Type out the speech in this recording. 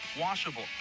washable